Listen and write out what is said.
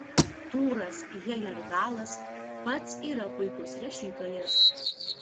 tūras hejerdalas pats yra puikus rašytojas